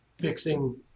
fixing